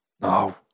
No